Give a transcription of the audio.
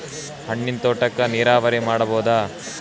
ಹಣ್ಣಿನ್ ತೋಟಕ್ಕ ನೀರಾವರಿ ಮಾಡಬೋದ?